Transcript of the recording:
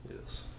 Yes